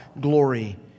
glory